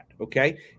okay